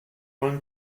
vingt